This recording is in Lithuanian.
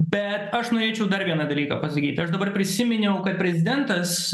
bet aš norėčiau dar vieną dalyką pasakyti aš dabar prisiminiau kad prezidentas